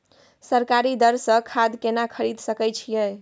सरकारी दर से खाद केना खरीद सकै छिये?